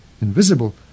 Invisible